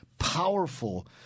Powerful